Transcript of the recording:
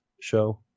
show